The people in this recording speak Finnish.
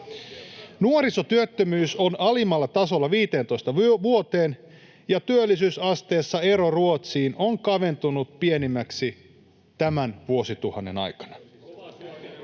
Nuorisotyöttömyys on alimmalla tasolla 15 vuoteen, ja työllisyysasteessa ero Ruotsiin on kaventunut pienimmäksi tällä vuosituhannella.